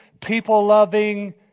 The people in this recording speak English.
people-loving